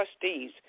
trustees